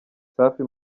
safi